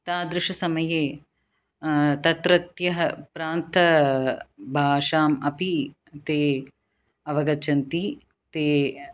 तादृश समये तत्रत्यः प्रान्तभाषाम् अपि ते अवगच्छन्ति ते